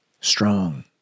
strong